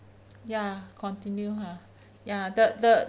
ya continue !huh! ya the the